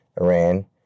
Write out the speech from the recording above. Iran